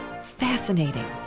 fascinating